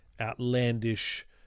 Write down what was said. outlandish